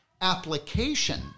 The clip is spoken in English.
application